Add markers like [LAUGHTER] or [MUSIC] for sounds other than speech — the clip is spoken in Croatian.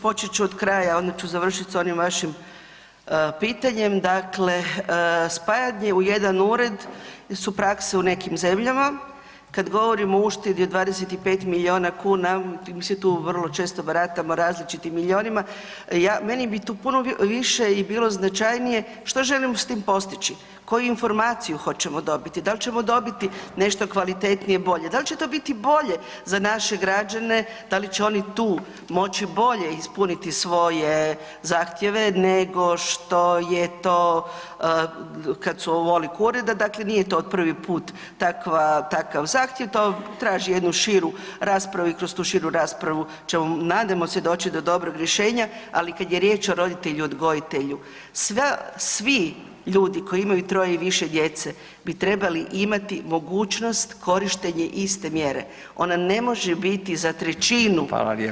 Počet ću od kraja onda ću završiti s onim vašim pitanjem, dakle spajanje u jedan Ured su prakse u nekim zemljama, kad govorimo o uštedi od 25 milijuna kuna, ... [UNINTELLIGIBLE] tu vrlo često baratamo različitim milijunima, ja, meni bi tu puno više i bilo značajnije što želimo s tim postići, koju informaciju hoćemo dobiti, dal ćemo dobiti nešto kvalitetnije, bolje, dal će to biti bolje za naše građane, da li će oni tu moći bolje ispuniti svoje zahtjeve nego što je to kad su ... [UNINTELLIGIBLE] dakle nije to od prvi put, takva, takav zahtjev, to traži jednu širu raspravu i kroz tu širu raspravu ćemo nadajmo se doći do dobrog rješenja, ali kad je riječ o roditelju odgojitelju sva, svi ljudi koji imaju troje i više djece bi trebali imati mogućnost korištenje iste mjere, ona ne može biti za 1/3 ljudi, a 2/3 ne.